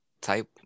type